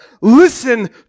Listen